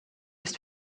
ist